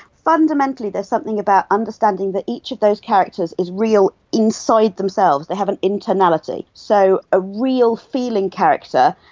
fundamentally there's something about understanding that each of those characters is real inside themselves, they have an internality, so a real feeling character.